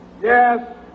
yes